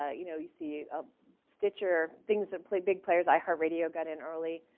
ah you know you see a stitcher things and play big players i heart radio got in early.